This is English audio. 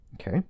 okay